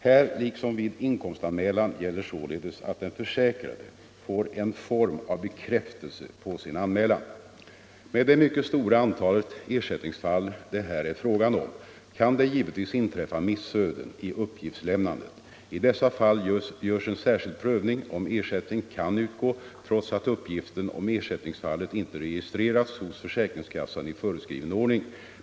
Här liksom vid inkomstanmälan gäller således att den försäkrade får en form av bekräftelse på sin anmälan. Med det mycket stora antalet ersättningsfall det här är fråga om kan det givetvis inträffa missöden i uppgiftslämnandet. I dessa fall görs en särskild prövning om ersättning kan utgå, trots att uppgiften om ersättningsfallet inte registrerats hos försäkringskassan i föreskriven ordning.